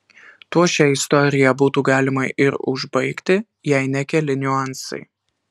tuo šią istoriją būtų galima ir užbaigti jei ne keli niuansai